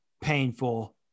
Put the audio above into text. painful